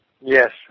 Yes